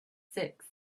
six